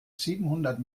siebenhundert